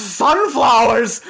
sunflowers